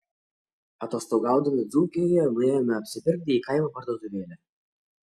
atostogaudami dzūkijoje nuėjome apsipirkti į kaimo parduotuvėlę